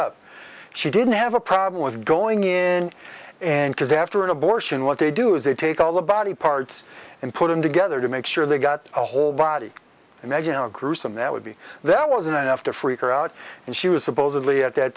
up she didn't have a problem with going in and because after an abortion what they do is they take all the body parts and put them together to make sure they got the whole body imagine how gruesome that would be that was enough to freak her out and she was supposedly at that